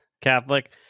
Catholic